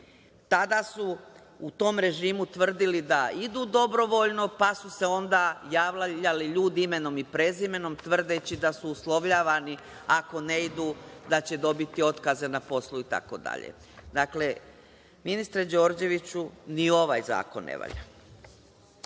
Tada su, u tom režimu, tvrdili da idu dobrovoljno, pa su se onda javljali ljudi, imenom i prezimenom, tvrdeći da su uslovljavani, ako ne idu da će dobiti otkaze na poslu itd. Ministre Đorđeviću, ni ovaj zakon ne valja. Zakon